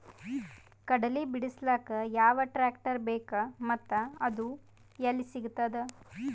ಕಡಲಿ ಬಿಡಿಸಲಕ ಯಾವ ಟ್ರಾಕ್ಟರ್ ಬೇಕ ಮತ್ತ ಅದು ಯಲ್ಲಿ ಸಿಗತದ?